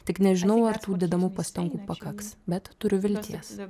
tik nežinau ar tų dedamų pastangų pakaks bet turiu vilties